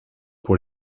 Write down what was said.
pour